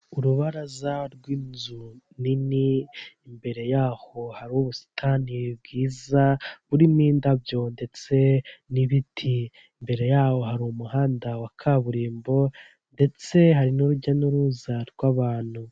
Aho bacuruza amata ya miliki zone hari firigo irimo amabido n'amacupa y'amaji n'amazi, hagaragara abantu babiri umwana ndetse n'umugabo waje kugura.